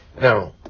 Now